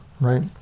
right